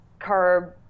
carb